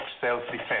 self-defense